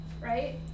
Right